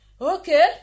Okay